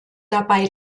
dabei